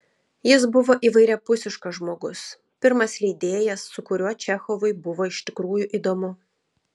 jis buvo įvairiapusiškas žmogus pirmas leidėjas su kuriuo čechovui buvo iš tikrųjų įdomu